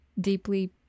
deeply